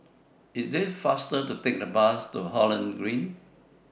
IT IS faster to Take The Bus to Holland Green